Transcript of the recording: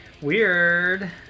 weird